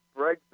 Brexit